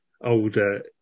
older